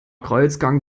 kreuzgang